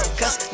cause